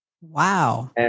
Wow